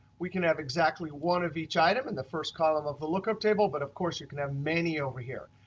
we can have exactly one of each item in the first column of the lookup table but of course you can have many over here.